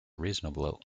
reasonable